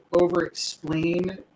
over-explain